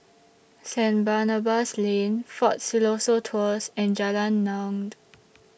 Saint Barnabas Lane Fort Siloso Tours and Jalan Naung